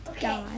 Okay